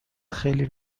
خیلی